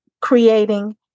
creating